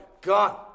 gone